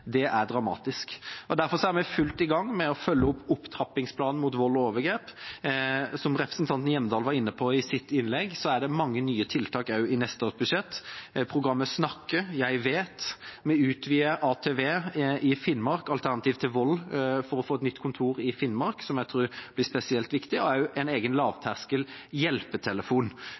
overgrep, er dramatisk. Derfor er vi i full gang med å følge opp opptrappingsplanen mot vold og overgrep. Som representanten Hjemdal var inne på i sitt innlegg, er det mange nye tiltak også i neste års budsjett: programmene «SNAKKE» og «Jeg vet», en utvidelse av Alternativ til vold for å få et nytt kontor i Finnmark, noe jeg tror er spesielt viktig, og en egen lavterskel hjelpetelefon.